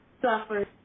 suffers